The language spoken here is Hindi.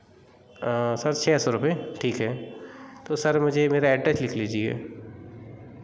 सर छः सौ रुपये ठीक है तो सर मुझे मेरा एड्रेस लिख लीजिए